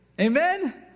amen